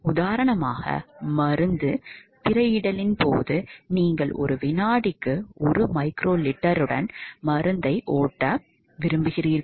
உதாரணமாக மருந்து திரையிடலின் போது நீங்கள் ஒரு வினாடிக்கு 1 மைக்ரோலிட்டருடன் மருந்தை ஓட்ட விரும்புகிறீர்கள்